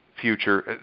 future